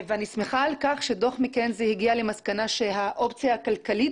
אני שמחה על כך שדוח מקינזי הגיע למסקנה שהאופציה הכלכלית